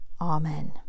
Amen